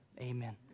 Amen